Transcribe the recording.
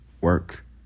work